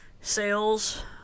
sales